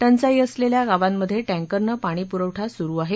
टंचाई असलेल्या गावांमध्ये टँकरनं पाणी पुरवठा सुरु आहे